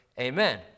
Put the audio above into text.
Amen